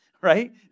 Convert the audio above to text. Right